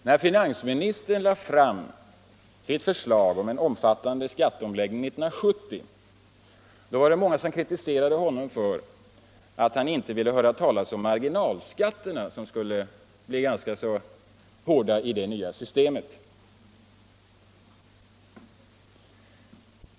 När finansministern lade fram sitt förslag om en omfattande skatteomläggning 1970 var det många som kritiserade honom för att han inte ville höra talas om marginalskatterna, som skulle bli ganska hårda i det nya systemet.